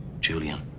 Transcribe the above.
Julian